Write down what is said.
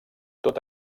tot